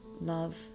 love